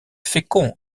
fécond